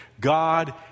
God